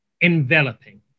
enveloping